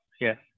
Yes